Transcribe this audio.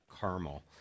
caramel